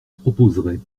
proposerais